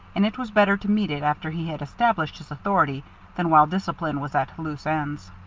and it was better to meet it after he had established his authority than while discipline was at loose ends.